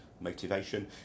motivation